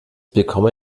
bekomme